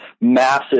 massive